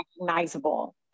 recognizable